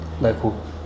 local